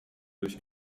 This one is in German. durch